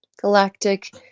galactic